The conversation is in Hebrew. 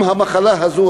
אם המחלה הזאת,